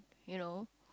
you know